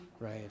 Right